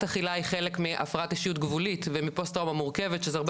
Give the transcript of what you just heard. אכילה היא חלק מהפרעת אישיות גבולית ומפוסט טראומה מורכבת שזה הרבה